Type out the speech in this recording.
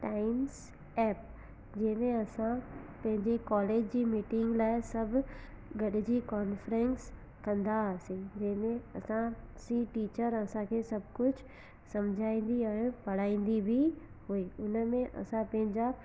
times app जंहिं में असां पंहिंजी कॉलेज जी मीटिंग लाइ सभु गॾिजी कॉन्फ्रैंस कंदा हुआसीं जंहिं में असांजी टीचर असांखे सभु कुझु समुझाईंदी ऐं पढ़ाईंदी बि हुई हुन में असां पंहिंजा